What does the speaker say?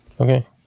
okay